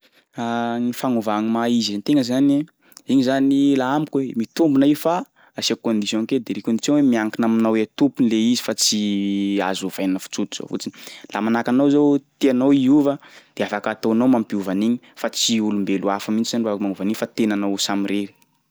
Gny fagnova gny maha izy an-tegna zany, igny zany laha amiko e mitombina io fa asiako condition kely de le condition hoe miankina aminao e tompony le izy fa tsy azo ovaina f- tsotr'izao fotsiny, laha manahaka anao zao tianao hiova de afaka ataonao mampiova an'igny fa tsy olombelo hafa mihitsy zany no afaky manova an'iny fa tenanao samirery.